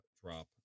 drop